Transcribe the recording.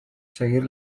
seguir